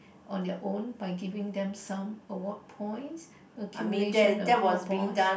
on their own by giving them some award points accumulation award points